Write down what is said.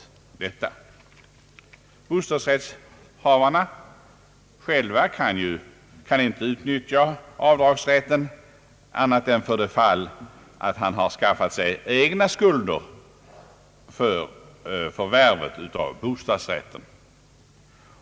Saken är den att bostadsrättsinnehavaren själv inte kan utnyttja avdragsrätten annat än för det fall han har skaffat sig egna skulder för förvärvet av bostadsrätten